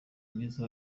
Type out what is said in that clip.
mwiza